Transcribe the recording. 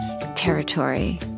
territory